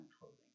clothing